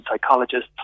psychologists